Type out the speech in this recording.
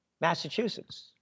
Massachusetts